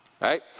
Right